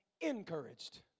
encouraged